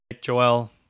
Joel